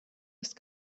ist